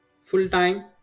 full-time